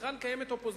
לכן קיימת אופוזיציה.